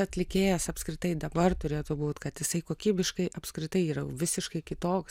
atlikėjas apskritai dabar turėtų būt kad jisai kokybiškai apskritai yra visiškai kitoks